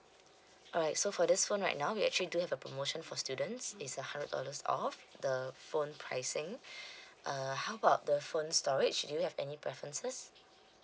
alright so for this phone right now we actually do have a promotion for students it's a hundred dollars off the phone pricing err how about the phone storage do you have any preferences